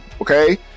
Okay